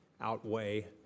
outweigh